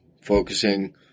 focusing